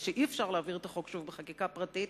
ושאי-אפשר להעביר את החוק שוב בחקיקה פרטית,